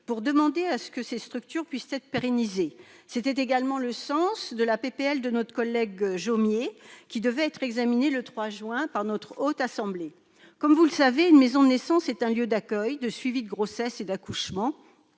demandé que ces structures puissent être pérennisées. Tel est également le sens de la proposition de loi de notre collègue Bernard Jomier, qui devait être examinée le 3 juin par la Haute Assemblée. Comme vous le savez, une maison de naissance est un lieu d'accueil et de suivi de grossesse et d'accouchement